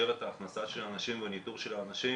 את ההכנסה של האנשים והניטור של האנשים,